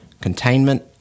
Containment